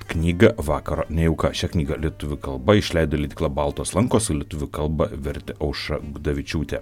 knygą vakaro nejauka šią knygą lietuvių kalba išleido leidykla baltos lankos į lietuvių kalbą vertė aušra gudavičiūtė